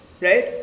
Right